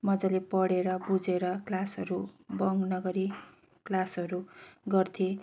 मज्जाले पढेर बुझेर क्लासहरू बङ्क नगरी क्लासहरू गर्थेँ